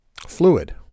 fluid